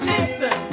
Listen